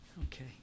Okay